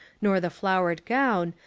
nor the flowered gown,